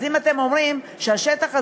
אז אם אתם אומרים: השטח הזה,